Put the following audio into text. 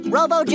Robo